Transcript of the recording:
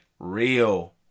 Real